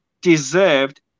deserved